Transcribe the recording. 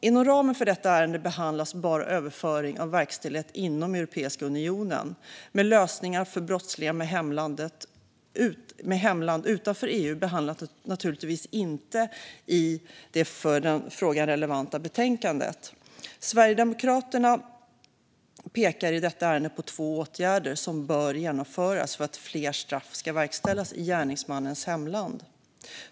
Inom ramen för detta ärende behandlas bara överföring av verkställighet inom Europeiska unionen, men lösningar för brottslingar med hemland utanför EU behandlas naturligtvis inte i det för frågan relevanta betänkandet. Sverigedemokraterna pekar i detta ärende på två åtgärder som bör genomföras för att fler straff ska verkställas i gärningsmannens hemland.